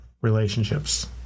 relationships